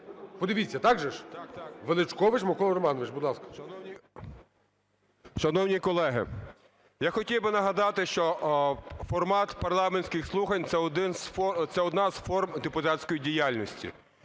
Подивіться, так же ж? Величкович Микола Романович, будь ласка. 17:31:40 ВЕЛИЧКОВИЧ М.Р. Шановні колеги! Я хотів би нагади, що формат парламентських слухань – це одна з форм депутатської діяльності.